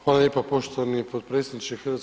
Hvala lijepo poštovani potpredsjedniče HS.